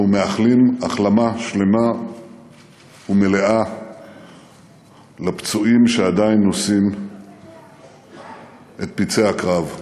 אנחנו מאחלים החלמה שלמה ומלאה לפצועים שעדיין נושאים את פצעי הקרב.